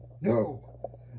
No